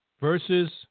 versus